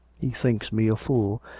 he thinks me a fool,